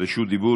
רשות דיבור.